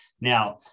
Now